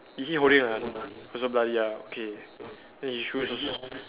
is he holding ano~ also bloody ah okay then his shoes